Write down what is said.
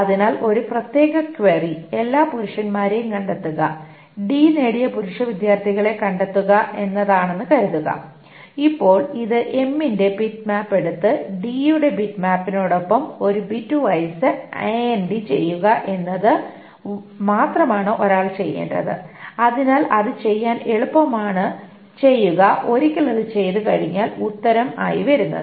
അതിനാൽ ഒരു പ്രത്യേക ക്വയറി എല്ലാ പുരുഷന്മാരെയും കണ്ടെത്തുക ഡി നേടിയ പുരുഷ വിദ്യാർത്ഥികളെ കണ്ടെത്തുക എന്നതാണെന്ന് കരുതുക ഇപ്പോൾ ഇത് M ന്റെ ബിറ്റ് മാപ്പ് എടുത്ത് ഡി യുടെ ബിറ്റ്മാപ്പോടൊപ്പം ഒരു ബിറ്റ് വൈസ് AND ചെയ്യുക എന്നത് മാത്രമാണ് ഒരാൾ ചെയ്യേണ്ടത് അതിനാൽ അത് ചെയ്യാൻ എളുപ്പമാണ് ചെയ്യുക ഒരിക്കൽ അത് ചെയ്തുകഴിഞ്ഞാൽ ഉത്തരം ആയി വരുന്നത്